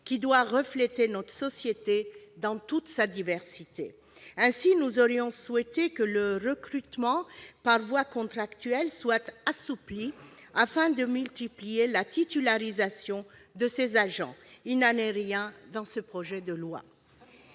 qui doit refléter notre société dans toute sa diversité. Aussi, nous aurions souhaité que le recrutement par voie contractuelle soit assoupli, afin de multiplier les titularisations de ces agents. Il n'en est rien dans ce projet de loi.